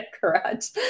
correct